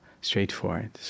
straightforward